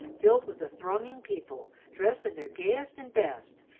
filled with the thronging people dressed in their gayest and best,